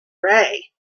ray